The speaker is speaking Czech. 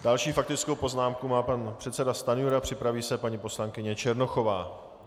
Další faktickou poznámku má pan předseda Stanjura, připraví se paní poslankyně Černochová.